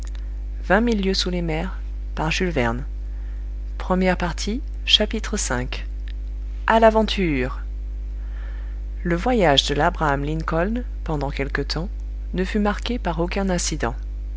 du hasard v à l'aventure le voyage de labraham lincoln pendant quelque temps ne fut marqué par aucun incident